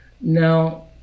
Now